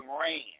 ran